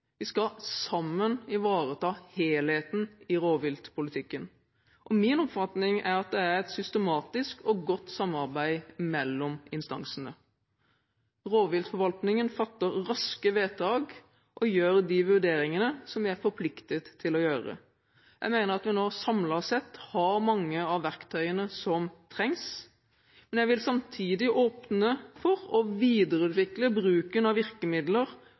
Vi skal sammen ivareta helheten i rovviltpolitikken. Min oppfatning er at det er et systematisk og godt samarbeid mellom instansene. Rovviltforvaltningen fatter raske vedtak og gjør de vurderingene som den er forpliktet til å gjøre. Jeg mener at vi nå, samlet sett, har mange av verktøyene som trengs. Samtidig vil jeg åpne for å videreutvikle bruken av virkemidler